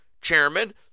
chairman